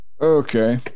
Okay